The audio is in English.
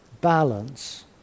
balance